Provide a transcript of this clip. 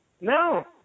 No